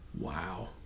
Wow